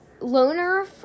loner